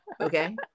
Okay